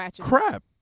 crap